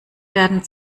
werden